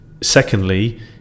secondly